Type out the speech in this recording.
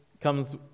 comes